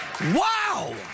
Wow